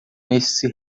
nesse